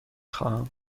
خواهم